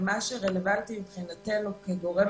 מה שרלוונטי מבחינתנו כגורם